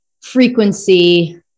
frequency